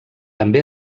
també